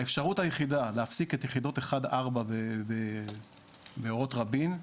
האפשרות היחידה להפסיק את יחידות אחד ארבע באורות רבין,